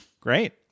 great